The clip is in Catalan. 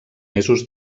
mesos